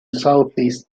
southeast